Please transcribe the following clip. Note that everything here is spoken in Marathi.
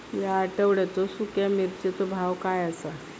या आठवड्याचो सुख्या मिर्चीचो भाव काय आसा?